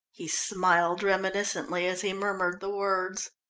he smiled reminiscently, as he murmured the words.